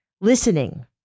listening